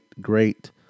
great